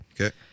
Okay